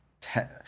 ten